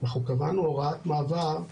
אנחנו קבענו הוראת מעבר,